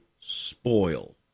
spoil